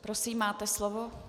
Prosím, máte slovo.